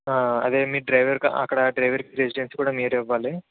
అదే మీ డ్రైవర్ అక్కడ డ్రైవర్కి రెసిడెన్సీ కూడా మీరే ఇవ్వాలి